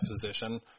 position